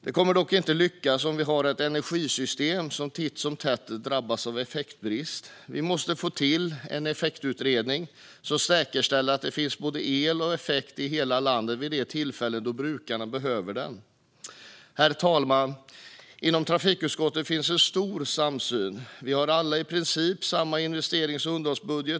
Det kommer dock inte att lyckas om vi har ett energisystem som titt som tätt drabbas av effektbrist. Vi måste få till en effektutredning som säkerställer att det finns både el och effekt i hela landet vid de tillfällen då brukarna behöver den. Herr talman! Inom trafikutskottet finns en stor samsyn. Vi har alla i princip samma investerings och underhållsbudget.